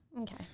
Okay